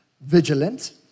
vigilant